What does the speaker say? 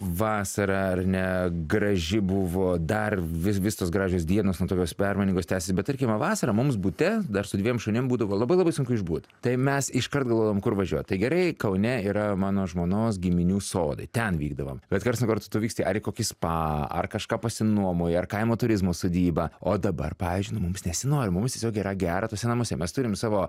vasara ar ne graži buvo dar vis vis tos gražios dienos na tokios permainingos tęsėsi bet tarkime vasarą mums bute dar su dviem šunim būdavo labai labai sunku išbūt tai mes iškart galvojom kur važiuot tai gerai kaune yra mano žmonos giminių sodai ten vykdavom bet karts nuo karto tu vyksti ar į kokį spa ar kažką pasinuomoji ar kaimo turizmo sodybą o dabar pavyzdžiui nu mums nesinori mums tiesiog yra gera tuose namuose mes turim savo